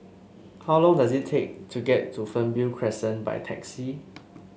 how long does it take to get to Fernvale Crescent by taxi